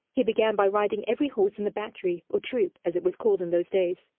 he began by riding every horse in the battery, or troop, as it was called in those days.